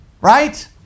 Right